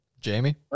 Jamie